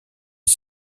est